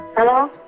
Hello